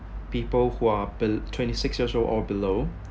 people who are bel~ twenty six years old or below